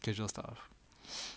occasional stuff